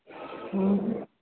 हूं